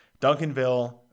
Duncanville